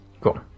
Cool